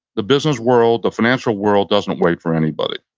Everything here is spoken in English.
the business world, the financial world, doesn't wait for anybody.